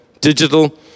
digital